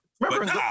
Remember